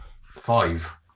five